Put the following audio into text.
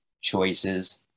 choices